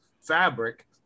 fabric